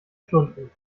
stunden